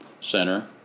Center